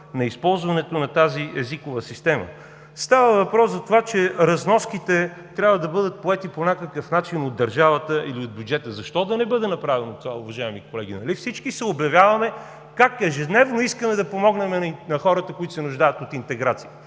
на използването на тази езикова система, става въпрос за това, че разноските трябва да бъдат поети по някакъв начин от държавата или от бюджета. Защо да не бъде направено това, уважаеми колеги? Нали всички се обявяваме как ежедневно искаме да помогнем на хората, които се нуждаят от интеграция?